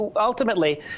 ultimately